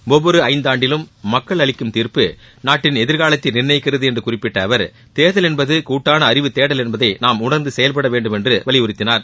ஒவ்வொரு ஐந்தாண்டிலும் மக்கள் அளிக்கும் தீர்ப்பு நாட்டின் எதிர்காலத்தை நிர்ணயிக்கிறது என்று குறிப்பிட்ட அவர் தேர்தல் என்பது கூட்டான அறிவுதேடல் என்பதை நாம் உணரந்து செயல்பட வேண்டும் என்று வலியுறுத்தினார்